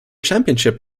championship